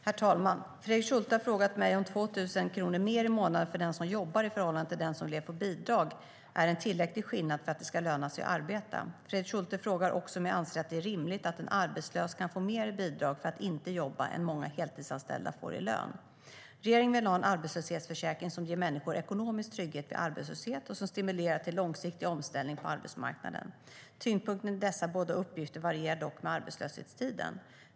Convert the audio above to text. Herr talman! Fredrik Schulte har frågat mig om 2 000 kronor mer i månaden för den som jobbar i förhållande till den som lever på bidrag är en tillräcklig skillnad för att det ska löna sig att arbeta. Fredrik Schulte frågar också om jag anser att det är rimligt att en arbetslös kan få mer i bidrag för att inte jobba än många heltidsanställda får i lön. Regeringen vill ha en arbetslöshetsförsäkring som ger människor ekonomisk trygghet vid arbetslöshet och som stimulerar till långsiktig omställning på arbetsmarknaden. Tyngdpunkten i dessa båda uppgifter varierar dock med arbetslöshetstiden.